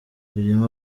ririmo